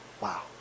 Wow